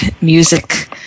music